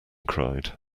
cried